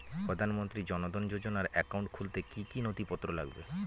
প্রধানমন্ত্রী জন ধন যোজনার একাউন্ট খুলতে কি কি নথিপত্র লাগবে?